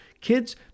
Kids